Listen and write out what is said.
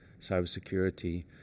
cybersecurity